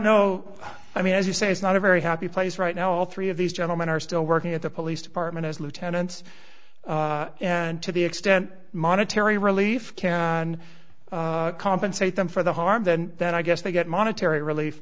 know i mean as you say it's not a very happy place right now all three of these gentlemen are still working at the police department as lieutenants and to the extent monetary relief can compensate them for the harm then that i guess they get monetary relief